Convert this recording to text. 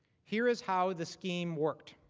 here is how the scheme works.